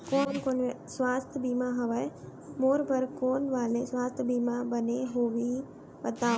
कोन कोन स्वास्थ्य बीमा हवे, मोर बर कोन वाले स्वास्थ बीमा बने होही बताव?